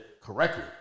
correctly